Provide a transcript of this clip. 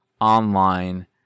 online